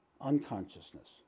unconsciousness